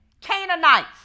Canaanites